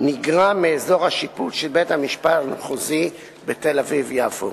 נגרע מאזור השיפוט של בית-המשפט המחוזי בתל-אביב יפו.